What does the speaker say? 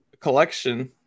Collection